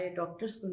doctors